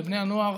ובני הנוער,